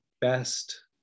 best